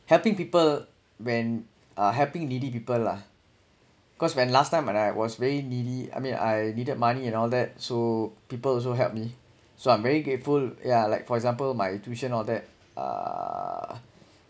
helping people when uh helping needy people lah cause when last time when I was very needy I mean I needed money and all that so people also helped me so I'm very grateful yeah like for example my tuition all that uh